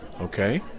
Okay